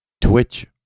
Twitch